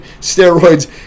steroids